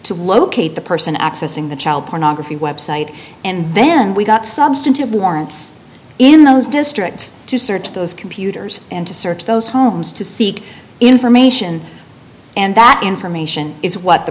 to locate the person accessing the child pornography website and then we got substantive warrants in those districts to search those computers and to search those homes to seek information and that information is what the